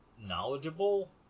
knowledgeable